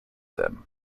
them